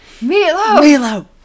Milo